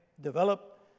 develop